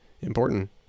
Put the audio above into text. important